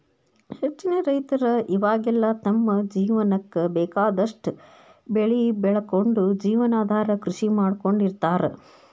ಹೆಚ್ಚಿನ ರೈತರ ಇವಾಗೆಲ್ಲ ತಮ್ಮ ಜೇವನಕ್ಕ ಬೇಕಾದಷ್ಟ್ ಬೆಳಿ ಬೆಳಕೊಂಡು ಜೇವನಾಧಾರ ಕೃಷಿ ಮಾಡ್ಕೊಂಡ್ ಇರ್ತಾರ